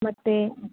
ಮತ್ತು